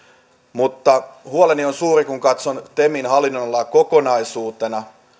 mutta huoleni on suuri kun katson temin hallinnonalaa kokonaisuutena